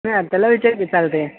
त्याला विचार की चालतं आहे